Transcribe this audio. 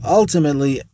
ultimately